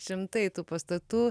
šimtai tų pastatų